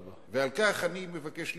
ועל כך אני מבקש למחות.